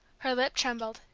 her lip trembled,